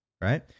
Right